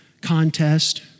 contest